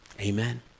Amen